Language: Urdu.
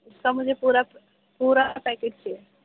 اس کا مجھے پورا پورا پیکٹ چاہیے